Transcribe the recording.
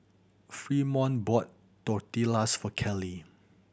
Fremont bought Tortillas for Kelly